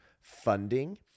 funding